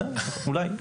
בסדר, אולי.